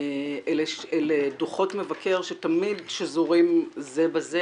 אלה דוחות מבקר שתמיד שזורים זה בזה.